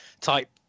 type